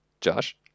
josh